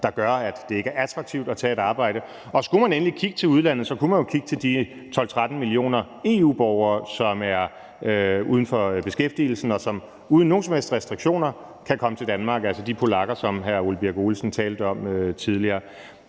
der gør, at det ikke er attraktivt at tage et arbejde. Og skulle man endelig kigge til udlandet, kunne man jo kigge til de 12-13 millioner EU-borgere, som er uden for beskæftigelse, og som uden nogen som helst restriktioner kan komme til Danmark – altså de polakker, som hr. Ole Birk Olesen talte om tidligere.